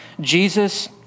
Jesus